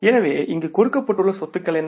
எனவே இங்கே கொடுக்கப்பட்டுள்ள சொத்துகள் என்ன